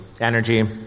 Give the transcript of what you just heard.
energy